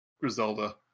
Griselda